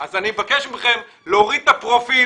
אני מבקש מכם להוריד את הפרופיל,